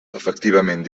efectivament